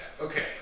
Okay